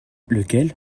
lequel